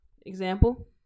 Example